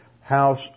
house